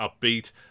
upbeat